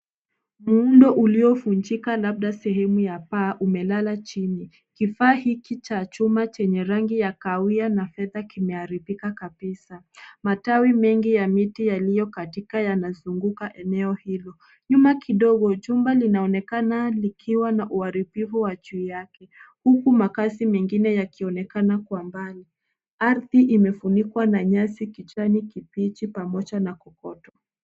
Muundo uliovunjika labda sehemu ya paa umelala chini. Kifaa hiki cha chuma chenye rangi ya kahawia na fedha kimeharibika kabisa. Matawi mengi ya miti yaliyokatika yanazunguka eneo hilo. Nyuma kidogo, chumba linaonekana likiwa na uharibifu wa juu yake, huku makazi mengine yakionekana kwa mbali. Ardhi imefunikwa na nyasi kijani kibichi pamoja na kokoto.